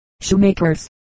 shoemakers